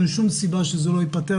אין שום סיבה שזה לא ייפתר,